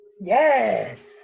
Yes